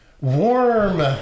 warm